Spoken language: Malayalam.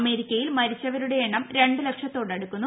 അമേരിക്കയിൽ മരിച്ചവരുടെ എണ്ണം രണ്ട് ലക്ഷത്തോടടുക്കുന്നു